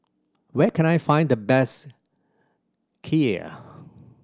where can I find the best Kheer